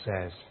says